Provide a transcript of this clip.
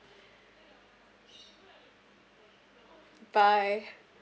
bye